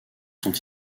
sont